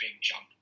jump